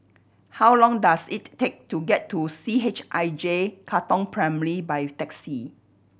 how long does it take to get to C H I J Katong Primary by taxi